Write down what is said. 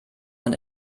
man